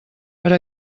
per